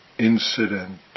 Incident